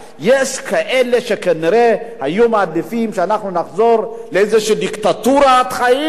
יש כאלה שכנראה היו מעדיפים שאנחנו נחזור לאיזו דיקטטורת חיים,